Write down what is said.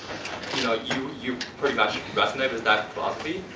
you know you pretty much resonate with that philosophy.